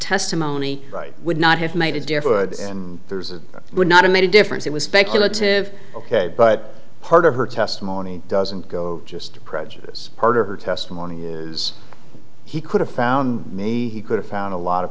testimony would not have made it differed and there's it would not have made a difference it was speculative ok but part of her testimony doesn't go just prejudice part of her testimony is he could have found me he could have found a lot of